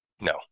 No